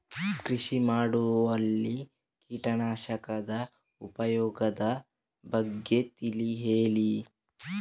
ಕೃಷಿ ಮಾಡುವಲ್ಲಿ ಕೀಟನಾಶಕದ ಉಪಯೋಗದ ಬಗ್ಗೆ ತಿಳಿ ಹೇಳಿ